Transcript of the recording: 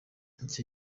icyo